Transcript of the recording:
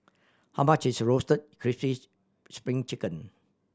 how much is roasted crispy's Spring Chicken